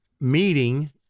meeting